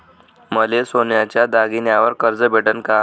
मले सोन्याच्या दागिन्यावर कर्ज भेटन का?